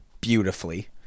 beautifully